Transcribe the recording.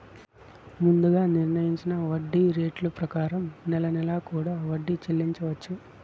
ముందుగా నిర్ణయించిన వడ్డీ రేట్ల ప్రకారం నెల నెలా కూడా వడ్డీ చెల్లించవచ్చు